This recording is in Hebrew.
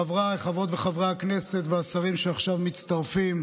חבריי חברות וחברי הכנסת והשרים שעכשיו מצטרפים,